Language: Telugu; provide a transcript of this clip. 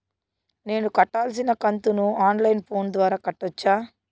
నేను కట్టాల్సిన కంతును ఆన్ లైను ఫోను ద్వారా కట్టొచ్చా?